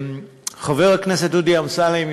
חבר הכנסת דודי אמסלם,